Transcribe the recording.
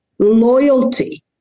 loyalty